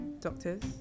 doctors